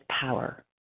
power